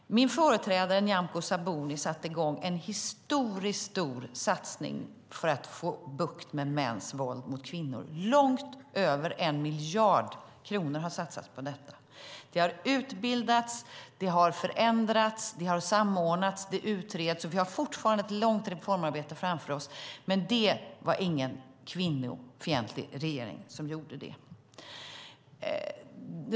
Min företrädare Nyamko Sabuni satte i gång en historiskt stor satsning för att få bukt med mäns våld mot kvinnor. Långt över en miljard kronor har satsats på detta. Det har utbildats, det har förändrats, det har samordnats och det utreds. Vi har fortfarande ett långt reformarbete framför oss. Men det var ingen kvinnofientlig regering som gjorde detta.